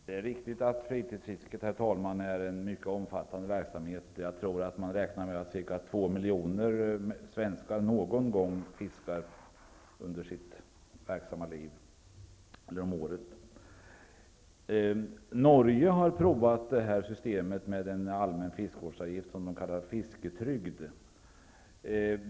Herr talman! Det är riktigt att fritidsfisket är en mycket omfattande verksamhet. Jag tror att man räknar med att cirka två miljoner svenskar fiskar någon gång om året. Norge har provat det här systemet med en allmän fiskevårdsavgift som de kallar fisketrygd.